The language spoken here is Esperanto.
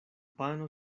pano